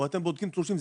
או בודקים תלושים,